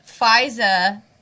FISA